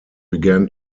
began